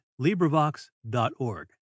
LibriVox.org